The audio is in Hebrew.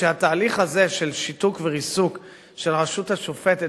שהתהליך הזה של שיתוק וריסוק של הרשות השופטת,